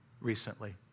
recently